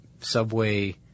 Subway